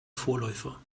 vorläufer